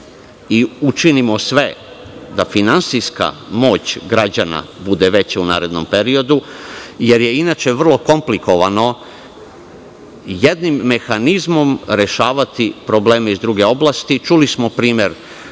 i učinimo sve da finansijska moć građana bude veća u narednom periodu, jer je inače vrlo komplikovano jednim mehanizmom rešavati probleme iz druge oblasti. Čuli smo primer